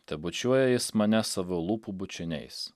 tebučiuoja jis mane savo lūpų bučiniais